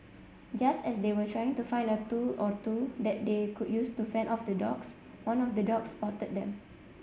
just as they were trying to find a tool or two that they could use to fend off the dogs one of the dogs spotted them